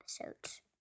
episodes